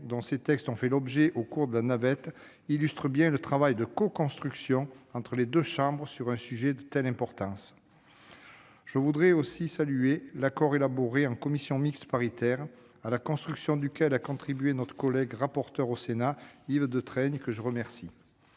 dont ces textes ont fait l'objet au cours de la navette illustre bien le travail de coconstruction entre les deux chambres sur un sujet d'une telle importance. Je voudrais aussi saluer l'accord élaboré en commission mixte paritaire, à la construction duquel a contribué notre collègue rapporteur au Sénat Yves Détraigne, que je remercie.